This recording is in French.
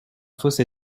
fossé